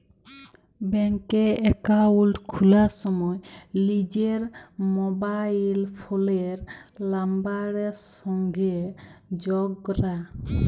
ব্যাংকে একাউল্ট খুলার সময় লিজের মবাইল ফোলের লাম্বারের সংগে যগ ক্যরা